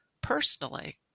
personally